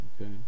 okay